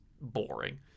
boring